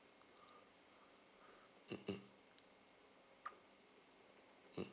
mm mm mm